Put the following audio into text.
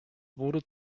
wurde